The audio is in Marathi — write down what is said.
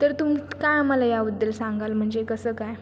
तर तुम्ही काय आम्हाला याबद्दल सांगाल म्हणजे कसं काय